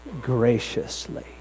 graciously